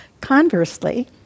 Conversely